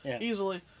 Easily